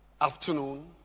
afternoon